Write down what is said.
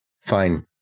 Fine